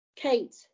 Kate